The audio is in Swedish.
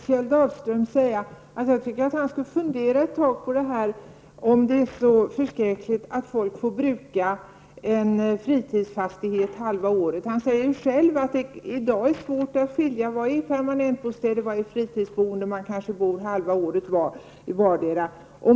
Herr talman! Jag tycker att Kjell Dahlström skulle fundera ett tag över om det är så förskräckligt att folk får bruka en fritidsfastighet halva året. Han säger själv att det i dag är svårt att skilja på vad som är permanenta bostäder och vad som är fritidsboende. Man kanske bor halva året i vardera.